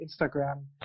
Instagram